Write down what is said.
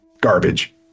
Garbage